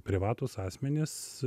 privatūs asmenys